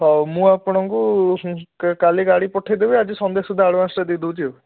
ହଉ ମୁଁ ଆପଣଙ୍କୁ କାଲି ଗାଡ଼ି ପଠାଇ ଦେବି ଆଜି ସନ୍ଧ୍ୟା ସୁଦ୍ଧା ଆଡ଼ଭାନ୍ସଟା ଦେଇଦେଉଛି ଆଉ